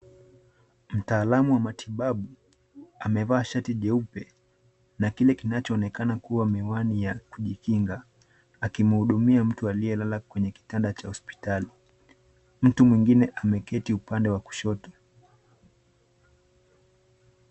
Mtaalam wa matibabu amevaa shati jeupe na kile kinachoonekana kuwa miwani ya kujikinga akimhudumia mtu aliyelala kwenye kitanda cha hospitali. Mtu mwengine ameketi upande wa kushoto.